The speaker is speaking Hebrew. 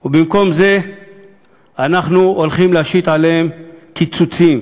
ובמקום זה אנחנו הולכים להשית עליהן קיצוצים.